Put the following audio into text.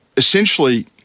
Essentially